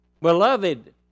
Beloved